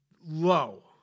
low